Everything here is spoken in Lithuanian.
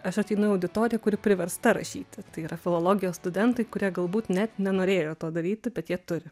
aš ateinu į auditoriją kuri priversta rašyti tai yra filologijos studentai kurie galbūt net nenorėjo to daryti bet jie turi